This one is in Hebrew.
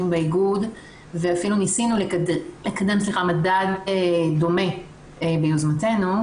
באיגוד ואפילו ניסינו לקדם מדד דומה ביוזמתנו,